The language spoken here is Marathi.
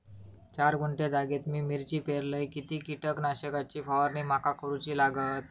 चार गुंठे जागेत मी मिरची पेरलय किती कीटक नाशक ची फवारणी माका करूची लागात?